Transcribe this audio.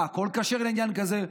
מה, הכול כשר לעניין כזה?